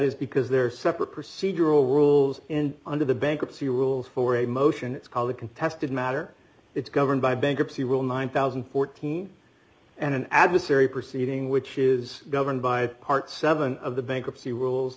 is because there are separate procedural rules and under the bankruptcy rules for a motion it's called a contested matter it's governed by bankruptcy will nine thousand and fourteen dollars an adversary proceeding which is governed by part seven of the bankruptcy rules